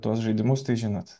tuos žaidimus tai žinot